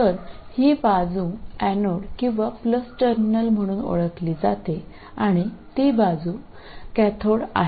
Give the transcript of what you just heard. तर ही बाजू एनोड किंवा प्लस टर्मिनल म्हणून ओळखली जाते आणि ती बाजू कॅथोड आहे